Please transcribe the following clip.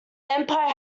empire